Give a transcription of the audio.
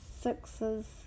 sixes